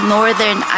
Northern